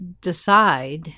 decide